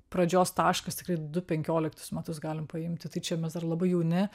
pradžios taškas tikrai du penkioliktus metus galim paimti tai čia mes dar labai jauni